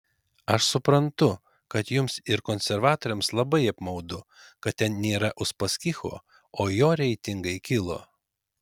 aš suprantu kad jums ir konservatoriams labai apmaudu kad ten nėra uspaskicho o jo reitingai kilo